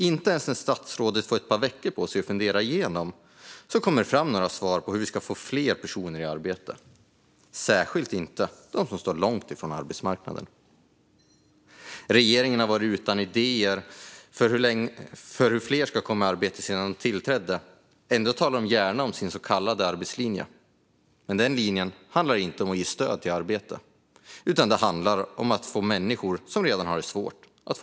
Inte ens när statsrådet får ett par veckor på sig att fundera igenom det hela kommer det fram några svar på hur vi ska få fler personer i arbete, särskilt inte när det gäller dem som står långt ifrån arbetsmarknaden. Regeringen har varit utan idéer för hur fler ska komma i arbete sedan man tillträdde, men ändå talar man gärna om sin så kallade arbetslinje. Den linjen handlar dock inte om att ge stöd till arbete utan om att göra det ännu svårare för människor som redan har det svårt.